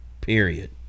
period